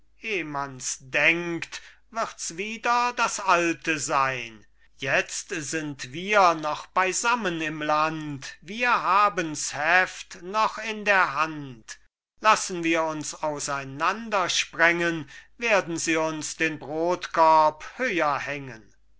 mans denkt wirds wieder das alte sein jetzt sind wir noch beisammen im land wir haben's heft noch in der hand lassen wir uns auseinander sprengen werden sie uns den brotkorb höher hängen